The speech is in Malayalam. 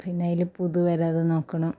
പിന്നെ അതിൽ പുതു വരാതെ നോക്കണം